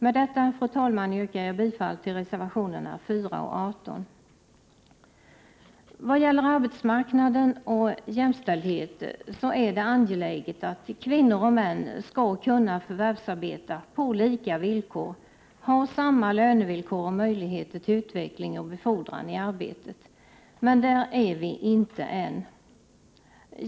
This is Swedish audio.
Med detta, fru talman, yrkar jag bifall till reservationerna 4 och 18. Vad gäller arbetsmarknaden och jämställdheten är det angeläget att kvinnor och män skall kunna förvärvsarbeta på lika villkor och ha samma lönevillkor och möjligheter till utveckling och befordran i arbetet. Men där är vi inte än.